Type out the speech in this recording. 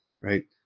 right